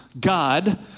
God